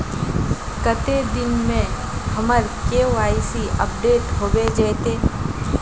कते दिन में हमर के.वाई.सी अपडेट होबे जयते?